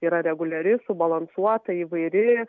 yra reguliari subalansuota įvairi